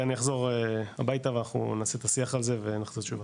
אנחנו נחזור הביתה ונעשה את השיח על זה ונחזיר תשובה.